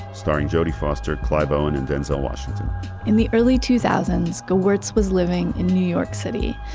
starring jodie foster, clive owen and denzel washington in the early two thousand s, gewirtz was living in new york city.